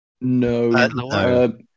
No